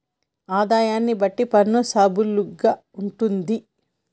ఆదాయాన్ని బట్టి పన్ను స్లాబులు గా ఉంటుంది